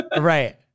right